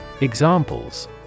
Examples